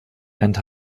and